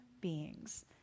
beings